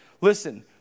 Listen